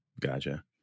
Gotcha